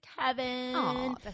Kevin